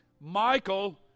Michael